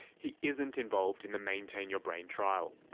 he isn't involved in the maintain your brain trial.